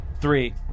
Three